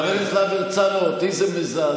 חבר הכנסת להב הרצנו, אותי זה מזעזע,